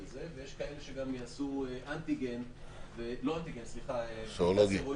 ויש כאלה שגם יעשו בדיקה סרולוגית,